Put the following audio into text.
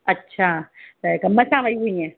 अच्छा त कमु सां वई हुईएं